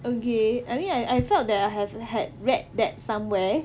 okay mean I I felt that I have had read that somewhere